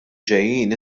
ġejjin